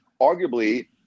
arguably